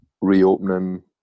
reopening